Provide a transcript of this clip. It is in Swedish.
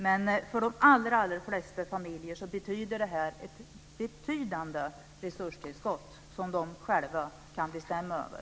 Men för de allra flesta familjer innebär den ett betydande resurstillskott som de själva kan bestämma över.